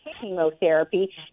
chemotherapy